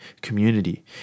community